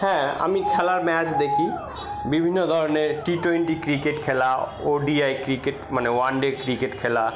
হ্যাঁ আমি খেলার ম্যাচ দেখি বিভিন্ন ধরনের টি টোয়েন্টি ক্রিকেট খেলা ও ডি আই ক্রিকেট মানে ওয়ানডে ক্রিকেট খেলা